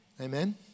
Amen